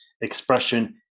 expression